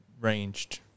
ranged